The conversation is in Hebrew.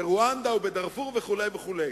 ברואנדה, בדארפור וכו'.